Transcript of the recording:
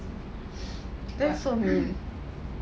that's so good